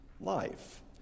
life